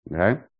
Okay